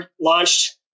launched